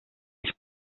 els